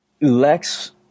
Lex